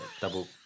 double